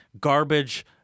garbage